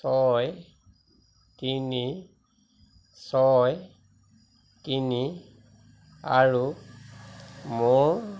ছয় তিনি ছয় তিনি আৰু মোৰ